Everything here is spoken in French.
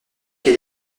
elle